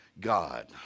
God